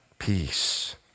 Peace